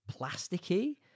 plasticky